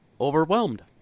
overwhelmed